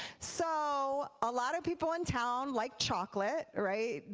so a lot of people in town like chocolate right,